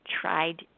tried